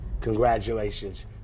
congratulations